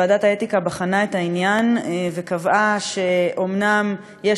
ועדת האתיקה בחנה את העניין וקבעה שאומנם יש